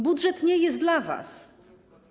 Budżet nie jest dla was.